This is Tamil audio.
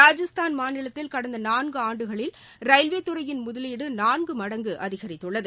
ராஜஸ்தான் மாநிலத்தில் கடந்த நான்கு ஆண்டுகளில் ரயில்வேத் துறையின் முதலீடு நான்கு மடங்கு அதிகரித்துள்ளது